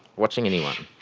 watching anyone.